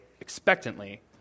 expectantly